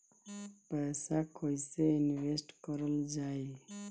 पैसा कईसे इनवेस्ट करल जाई?